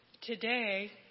Today